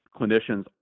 clinicians